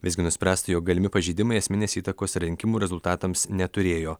visgi nuspręsta jog galimi pažeidimai esminės įtakos rinkimų rezultatams neturėjo